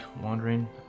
wandering